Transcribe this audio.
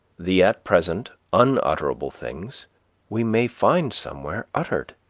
the at present unutterable things we may find somewhere uttered.